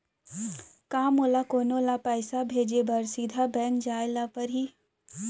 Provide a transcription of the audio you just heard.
का मोला कोनो ल पइसा भेजे बर सीधा बैंक जाय ला परही?